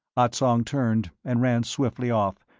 ah tsong turned, and ran swiftly off,